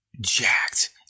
jacked